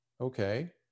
Okay